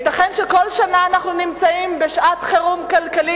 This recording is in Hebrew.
הייתכן שכל שנה אנחנו נמצאים בשעת חירום כלכלית,